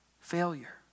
failure